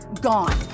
gone